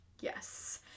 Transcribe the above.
Yes